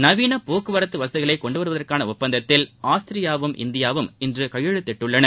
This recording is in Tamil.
நவீன போக்குவரத்து வசதிகளை கொண்டுவருவதற்கான ஒப்பந்தத்தில் ஆஸ்திரியாவும் இந்தியாவும் இன்று கையெழுத்திட்டுள்ளன